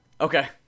Okay